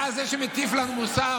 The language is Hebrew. אתה זה שמטיף לנו מוסר?